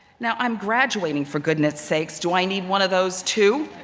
now i'm graduating for goodness sake do i need one of those too?